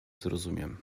zrozumiem